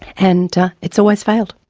and it's always failed.